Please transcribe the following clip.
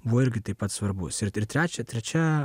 buvo irgi taip pat svarbus ir trečia trečia